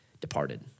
departed